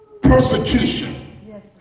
persecution